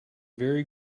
very